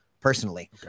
personally